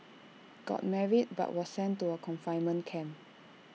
got married but was sent to A confinement camp